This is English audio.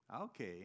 Okay